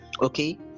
okay